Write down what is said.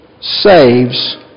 saves